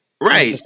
right